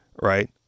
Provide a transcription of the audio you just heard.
right